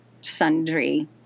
sundry